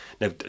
now